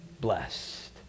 blessed